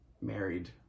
married